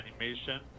animation